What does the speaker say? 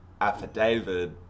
affidavit